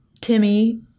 Timmy